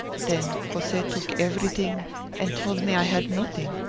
then jose took everything and told me i had nothing.